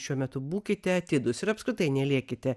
šiuo metu būkite atidūs ir apskritai nelėkite